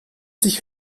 sich